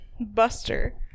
Buster